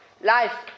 life